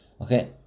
Okay